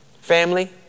Family